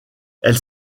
elle